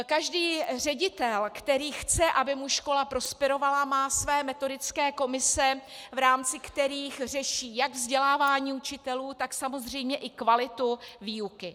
Každý ředitel, který chce, aby mu škola prosperovala, má své metodické komise, v rámci kterých řeší jak vzdělávání učitelů, tak samozřejmě i kvalitu výuky.